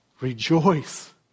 Rejoice